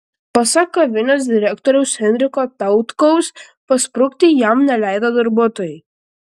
pasak kavinės direktoriaus henriko tautkaus pasprukti jam neleido darbuotojai